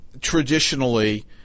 traditionally